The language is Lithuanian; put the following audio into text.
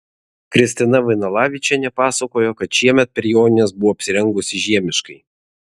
kristina vainalavičienė pasakojo kad šiemet per jonines buvo apsirengusi žiemiškai